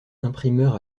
imprimeur